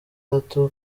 gato